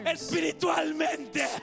Espiritualmente